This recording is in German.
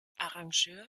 arrangeur